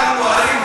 כולם נוהרים?